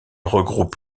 regroupe